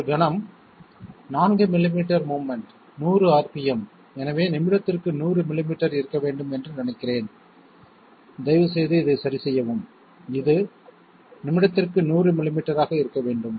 ஒரு கணம் 4 millimetre movement 100 rpm எனவே நிமிடத்திற்கு 100 மில்லிமீட்டர் இருக்க வேண்டும் என்று நினைக்கிறேன் தயவுசெய்து இதை சரிசெய்யவும் இது நிமிடத்திற்கு 100 மில்லிமீட்டராக இருக்க வேண்டும்